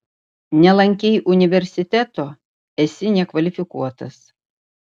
nelankei universiteto esi nekvalifikuotas